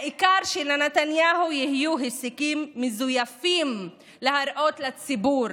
העיקר שלנתניהו יהיו הישגים מזויפים להראות לציבור,